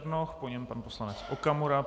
Po něm pan poslanec Okamura.